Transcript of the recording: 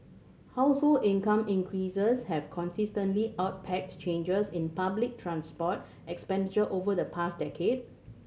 household income increases have consistently outpaced changes in public transport expenditure over the past decade